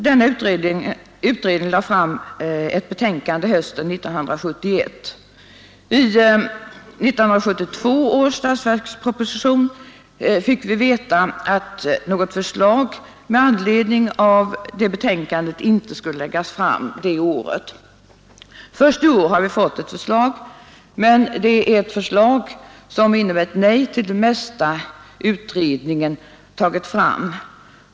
Denna utredning lade fram ett betänkande hösten 1971. I 1972 års statsverksproposition fick vi veta att något förslag med anledning av detta betänkande inte skulle läggas fram 1972. Först i år har vi fått ett förslag. Men det är ett förslag som innebär ett nej till det mesta som utredningen kommit fram till.